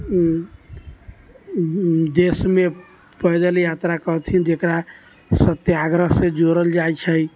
देशमे पैदल यात्रा कलथिन जेकरा सत्याग्रहसँ जोड़ल जाइ छै